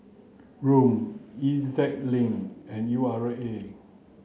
ROM E Z Link and U R A